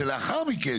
שלאחר מכן,